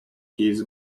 his